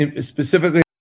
specifically